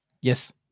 yes